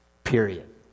Period